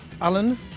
Alan